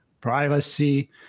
privacy